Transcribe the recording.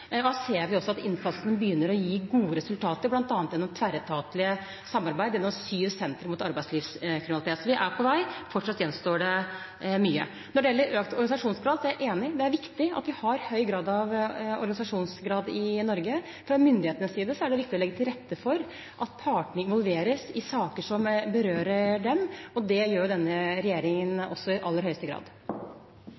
Vi ser også at innsatsen begynner å gi gode resultater, bl.a. gjennom tverretatlig samarbeid, gjennom syv sentre mot arbeidslivskriminalitet. Så vi er på vei. Fortsatt gjenstår det mye. Når det gjelder økt organisasjonsgrad, er jeg enig, det er viktig at vi har høy organisasjonsgrad i Norge. Fra myndighetenes side er det viktig å legge til rette for at partene involveres i saker som berører dem. Det gjør denne